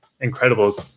incredible